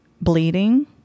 bleeding